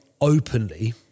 openly